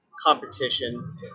competition